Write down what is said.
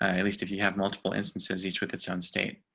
at least if you have multiple instances, each with its own state.